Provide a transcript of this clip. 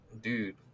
dude